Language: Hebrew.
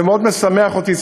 זה מאוד משמח אותי,